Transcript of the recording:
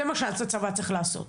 זה מה שהיה הצבא צריך לעשות.